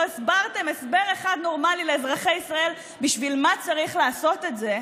לא הסברתם הסבר אחד נורמלי לאזרחי ישראל בשביל מה צריך לעשות את זה,